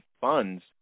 funds